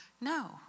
No